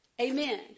amen